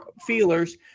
feelers